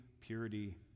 purity